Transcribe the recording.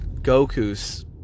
Goku's